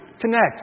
connect